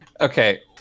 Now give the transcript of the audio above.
Okay